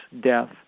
death